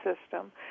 system